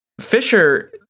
Fisher